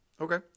Okay